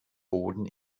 boden